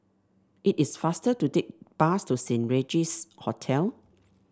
it is faster to take bus to Saint Regis Hotel